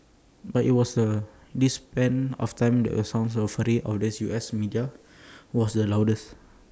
but IT was the this span of time that the sound and fury of the U S media was the loudest